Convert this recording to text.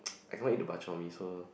I cannot eat the bak-chor-mee so